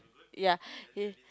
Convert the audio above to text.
ya he